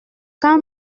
quand